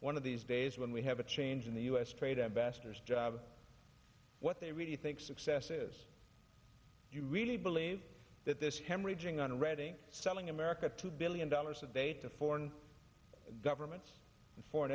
one of these days when we have a change in the u s trade embassadors job what they really think success is you really believe that this hemorrhaging on reading selling america two billion dollars a day to foreign governments and foreign